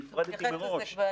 אני הפרדתי מראש.